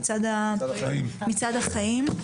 מצעד החיים.